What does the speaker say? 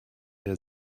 der